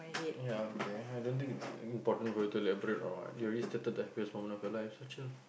ya okay I don't think it's important for you to elaborate or what you already stated the happiest moment of your life so chill